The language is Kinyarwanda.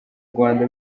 rwanda